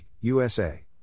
USA